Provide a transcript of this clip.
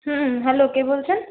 হ্যাঁ হ্যালো কে বলছেন